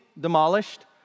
demolished